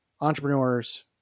entrepreneurs